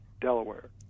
Delaware